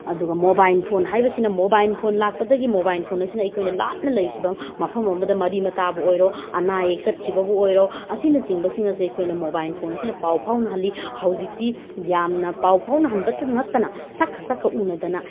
ꯑꯗꯨꯒ mobile phone ꯍꯥꯏꯕꯁꯤꯅ mobile phone ꯂꯥꯛꯄꯗꯒꯤ ꯃꯣꯕꯥꯏꯜ ꯐꯣꯟ ꯑꯁꯤꯅ ꯑꯩꯈꯣꯏꯗ ꯂꯥꯞꯅ ꯂꯩꯈꯤꯕ ꯃꯐꯝ ꯑꯃꯗ ꯃꯔꯤ ꯃꯇꯥꯕꯨ ꯑꯣꯏꯔꯣ ꯑꯅꯥ ꯑꯌꯦꯛ ꯆꯠꯈꯤꯕꯕꯨ ꯑꯣꯏꯔꯣ ꯑꯁꯤꯅꯆꯤꯡꯕꯁꯤꯡ ꯑꯁꯦ ꯑꯩꯈꯣꯏꯅ ꯃꯣꯕꯥꯏꯜ ꯐꯣꯟ ꯑꯁꯤꯅ ꯄꯥꯎ ꯐꯥꯎꯅꯍꯜꯂꯤ ꯍꯧꯖꯤꯛꯇꯤ ꯌꯥꯝꯅ ꯄꯥꯎ ꯐꯥꯎꯅꯍꯟꯕꯇ ꯅꯠꯇꯅ ꯁꯛꯀ ꯁꯛꯀ ꯎꯅꯗꯅ